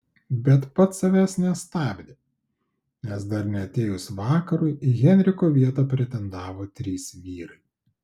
bet pats savęs nestabdė nes dar neatėjus vakarui į henriko vietą pretendavo trys vyrai